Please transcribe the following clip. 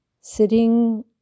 sitting